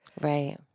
Right